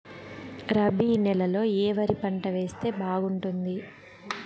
రబి నెలలో ఏ వరి పంట వేస్తే బాగుంటుంది